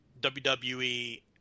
WWE